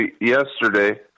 yesterday